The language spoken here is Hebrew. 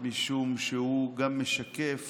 משום שהוא גם משקף